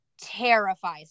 terrifies